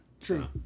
true